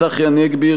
צחי הנגבי,